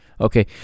Okay